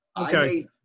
Okay